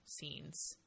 scenes